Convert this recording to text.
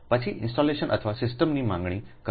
પછી ઇન્સ્ટોલેશન અથવા સિસ્ટમની માંગણી કરો